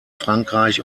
frankreich